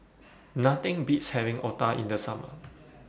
Nothing Beats having Otah in The Summer